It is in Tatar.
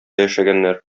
яшәгәннәр